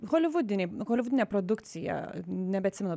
holivudiniai holivudinė produkcija nebeatsimenu